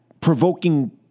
provoking